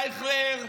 אייכלר,